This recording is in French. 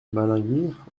malingear